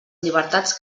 llibertats